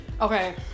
okay